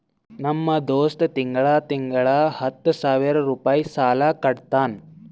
ನಮ್ ದೋಸ್ತ ತಿಂಗಳಾ ತಿಂಗಳಾ ಹತ್ತ ಸಾವಿರ್ ರುಪಾಯಿ ಸಾಲಾ ಕಟ್ಟತಾನ್